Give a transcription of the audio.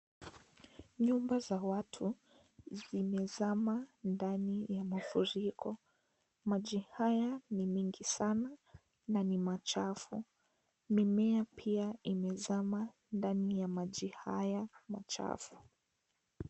Nyumba za watu zimezama ndani ya mafuriko. Maji haya ni mengi sana na ni machafu. Mimea pia imezama ndani ya maji haya machafu.